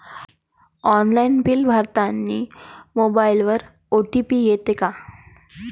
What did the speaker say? Online bill भरतानी मोबाईलवर OTP येते का?